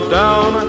down